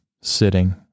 sitting